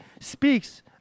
speaks